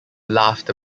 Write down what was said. laughed